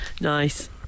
Nice